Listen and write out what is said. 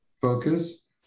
focus